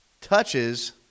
touches